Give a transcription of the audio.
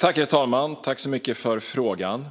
Herr talman! Jag tackar ledamoten för frågan.